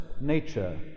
nature